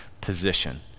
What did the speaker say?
position